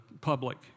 public